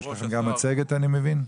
יש לך גם מצגת, אני מבין.